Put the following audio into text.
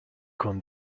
con